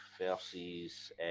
versus